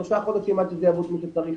שלושה חודשים עד שזה יעבוד כמו שצריך,